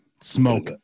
Smoke